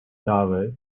tower